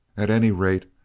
at any rate,